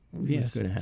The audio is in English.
Yes